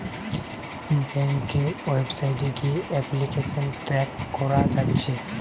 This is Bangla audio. ব্যাংকের ওয়েবসাইট গিয়ে এপ্লিকেশন ট্র্যাক কোরা যাচ্ছে